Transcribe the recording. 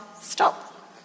Stop